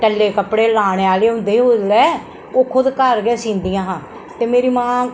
टल्ले कपड़े लाने आहले होंदे हे उल्लै ओह् खुद घर गै सींदियां हां ते मेरी मां